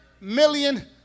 million